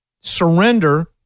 Surrender